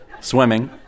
swimming